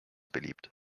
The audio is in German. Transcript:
beliebt